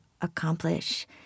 accomplish